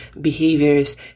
behaviors